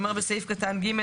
שנאמר "בסעיף קטן (ג),